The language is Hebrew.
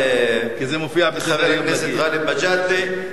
חבר הכנסת גאלב מג'אדלה,